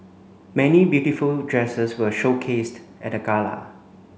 many beautiful dresses were showcased at the gala